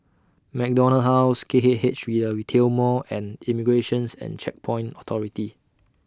MacDonald House K K H The Retail Mall and Immigration's and Checkpoints Authority